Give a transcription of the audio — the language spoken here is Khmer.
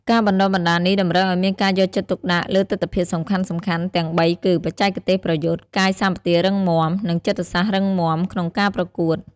ការបណ្តុះបណ្តាលនេះតម្រូវឲ្យមានការយកចិត្តទុកដាក់លើទិដ្ឋភាពសំខាន់ៗទាំងបីគឺ បច្ចេកទេសប្រយុទ្ធ កាយសម្បទារឹងមាំ និងចិត្តសាស្ត្ររឹងមាំក្នុងការប្រកួត។